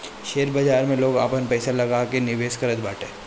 share बाजार में लोग आपन पईसा लगा के निवेश करत बाटे